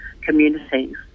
communities